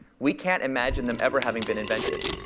we can't imagine them ever having been invented.